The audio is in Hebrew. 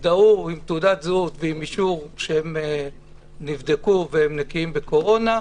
יזדהו עם תעודת זהות ועם אישור שהם נבדקו והם נקיים מקורונה,